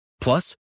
Plus